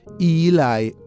Eli